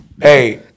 hey